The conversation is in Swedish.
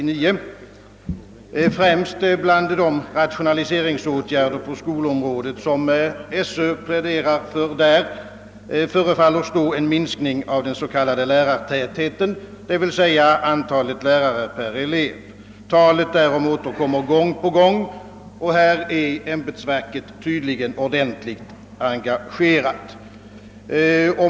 Främst bland de rationaliseringsåtgärder på skolområdet, som Sö där pläderar för, förefaller vara en minskning av den s.k. lärartätheten, d. v. s. antalet lärare per elev. Talet därom återkommer gång på gång, och här är ämbetsverket tydligen ordentligt engagerat.